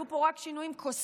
יהיו פה רק שינויים קוסמטיים,